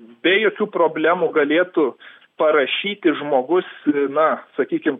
be jokių problemų galėtų parašyti žmogus na sakykim